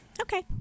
okay